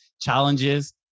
challenges